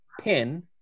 pin